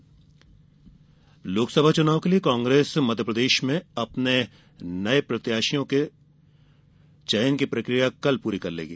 प्रत्याशी चयन लोकसभा चुनाव के लिए कांग्रेस मध्य प्रदेश में अपने प्रत्याशियों के चयन की प्रक्रिया कल पूरी कर लेगी